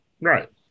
right